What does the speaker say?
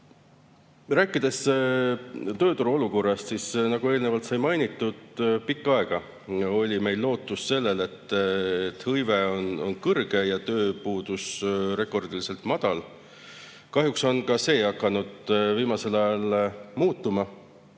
rääkida tööturu olukorrast, siis nagu eelnevalt sai mainitud, pikka aega rajanesid meie lootused sellele, et hõive on kõrge ja tööpuudus rekordiliselt madal. Kahjuks on ka see hakanud viimasel ajal muutuma.